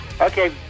Okay